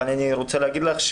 אבל אני רוצה להגיד לך,